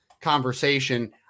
conversation